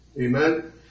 Amen